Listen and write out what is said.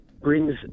brings